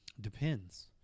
Depends